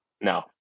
no